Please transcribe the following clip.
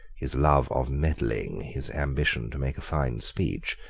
his love of meddling, his ambition to make a fine speech,